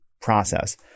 process